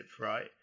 right